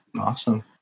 Awesome